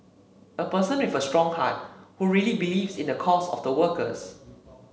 a person with a strong heart who really believe in the cause of the workers